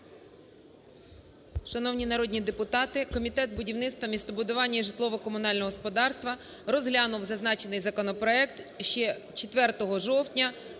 Шановні народні депутати! Комітет будівництва, містобудування і житлово-комунального господарства розглянув зазначений законопроект ще 4 жовтня